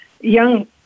young